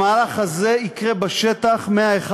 המהלך הזה יקרה בשטח מ-1